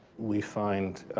we find